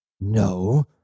No